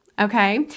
okay